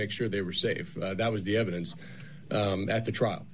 make sure they were safe that was the evidence that the trial